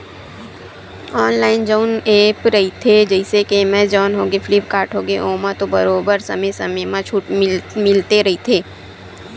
online जउन app रहिथे जइसे के एमेजॉन होगे, फ्लिपकार्ट होगे ओमा तो बरोबर समे समे म छूट मिलते रहिथे